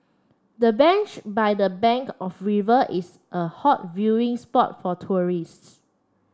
the bench by the bank of the river is a hot viewing spot for tourists